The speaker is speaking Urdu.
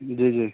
جی جی